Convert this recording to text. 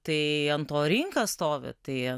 tai ant to rinka stovi tai